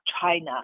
China